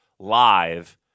Live